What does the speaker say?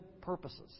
purposes